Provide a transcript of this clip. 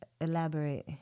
elaborate